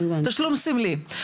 תשלום סמלי.